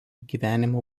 gyvenimo